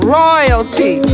royalty